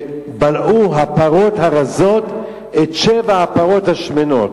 ובלעו הפרות הרזות את שבע הפרות השמנות.